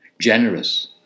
generous